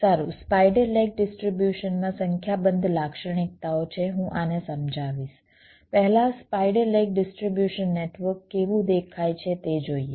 સારું spider leg ડિસ્ટ્રીબ્યુશનમાં સંખ્યાબંધ લાક્ષણિકતાઓ છે હું આને સમજાવીશ પહેલા સ્પાઈડર લેગ ડિસ્ટ્રીબ્યુશન નેટવર્ક કેવું દેખાય છે તે જોઈએ